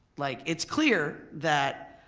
like it's clear that